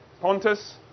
Pontus